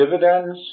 dividends